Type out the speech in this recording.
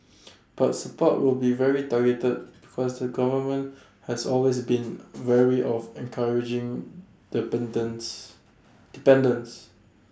but support will be very targeted because the government has always been wary of encouraging dependence dependence